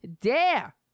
dare